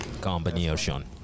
Combination